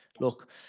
look